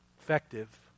effective